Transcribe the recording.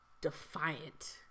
defiant